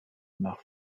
nach